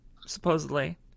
supposedly